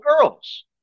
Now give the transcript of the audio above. girls